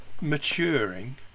maturing